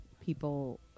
people